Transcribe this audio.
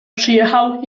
przyjechał